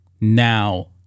Now